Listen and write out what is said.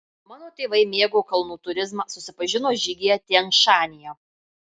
mano tėvai mėgo kalnų turizmą susipažino žygyje tian šanyje